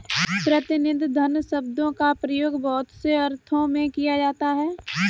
प्रतिनिधि धन शब्द का प्रयोग बहुत से अर्थों में किया जाता रहा है